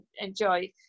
enjoy